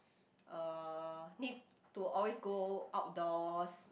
uh need to always go outdoors